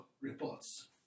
reports